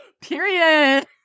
Period